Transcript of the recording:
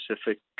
specific